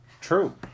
True